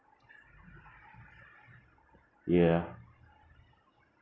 ya